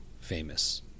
famous